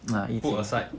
put aside